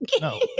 No